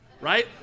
right